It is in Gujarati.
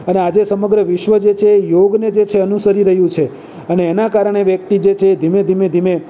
અને આજે સમગ્ર વિશ્વ જે છે યોગને જે છે એ અનુસરી રહ્યું છે અને એનાં કારણે વ્યક્તિ જે છે એ ધીમે ધીમે ધીમે